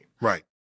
Right